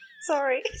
sorry